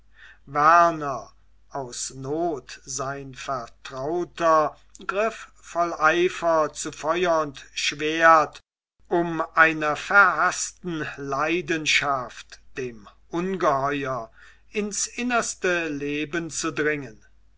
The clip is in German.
werner aus not sein vertrauter griff voll eifer zu feuer und schwert um einer verhaßten leidenschaft dem ungeheuer ins innerste leben zu dringen